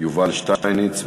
יובל שטייניץ.